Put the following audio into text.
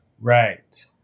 Right